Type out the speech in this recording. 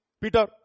Peter